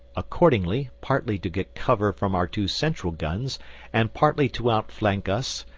accordingly, partly to get cover from our two central guns and partly to outflank us,